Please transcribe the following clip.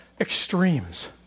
extremes